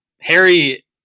Harry